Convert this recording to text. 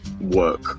work